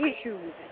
issues